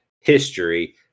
history